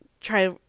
try